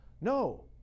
No